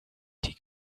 die